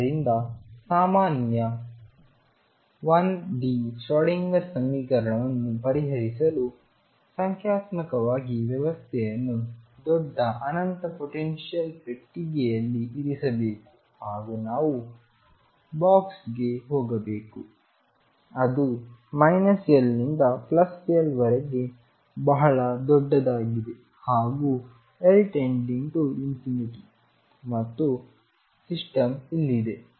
ಆದ್ದರಿಂದ ಸಾಮಾನ್ಯ 1 D Schrodinger ಸಮೀಕರಣವನ್ನು ಪರಿಹರಿಸಲು ಸಂಖ್ಯಾತ್ಮಕವಾಗಿ ವ್ಯವಸ್ಥೆಯನ್ನು ದೊಡ್ಡ ಅನಂತ ಪೊಟೆನ್ಶಿಯಲ್ ಪೆಟ್ಟಿಗೆಯಲ್ಲಿ ಇರಿಸಬೇಕು ಹಾಗೂ ನಾವು ಬಾಕ್ಸ್ ಗೆ ಹೋಗಬೇಕು ಅದು L ನಿಂದL ವರೆಗೆ ಬಹಳ ದೊಡ್ಡದಾಗಿದೆ ಹಾಗೂL→∞ ಮತ್ತು ಸಿಸ್ಟಮ್ ಇಲ್ಲಿದೆ